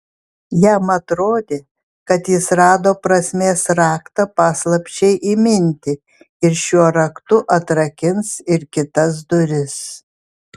jam atrodė kad jis rado prasmės raktą paslapčiai įminti ir šiuo raktu atrakins ir kitas duris